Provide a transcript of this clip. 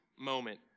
moment